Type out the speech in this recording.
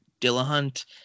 dillahunt